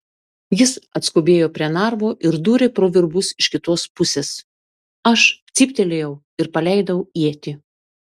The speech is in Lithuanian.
jis atskubėjo prie narvo ir dūrė pro virbus iš kitos pusės aš cyptelėjau ir paleidau ietį